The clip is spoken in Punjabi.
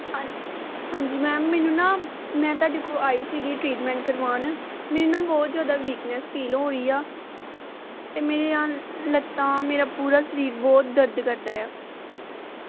ਹਾਂ ਹਾਂਜੀ ਮੈਮ ਮੈਨੂੰ ਨਾ ਮੈਂ ਤੁਹਾਡੇ ਕੋਲ ਆਈ ਸੀਗੀ ਟ੍ਰੀਟਮੈਂਟ ਕਰਵਾਉਣ ਮੈਨੂੰ ਨਾ ਬਹੁਤ ਜ਼ਿਆਦਾ ਵੀਕਨੈਸ ਫੀਲ ਹੋ ਰਹੀ ਆ ਅਤੇ ਮੇਰੀਆਂ ਲੱਤਾਂ ਮੇਰਾ ਪੂਰਾ ਸਰੀਰ ਬਹੁਤ ਦਰਦ ਕਰਦਾ ਆ